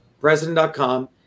president.com